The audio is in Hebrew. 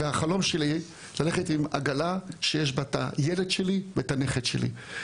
והחלום שלי ללכת עם עגלה שיש בה את הילד שלי ואת הנכד שלי.